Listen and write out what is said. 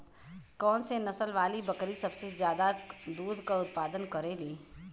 कौन से नसल वाली बकरी सबसे ज्यादा दूध क उतपादन करेली?